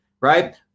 right